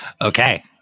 Okay